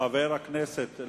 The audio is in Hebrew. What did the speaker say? חבר הכנסת ברכה,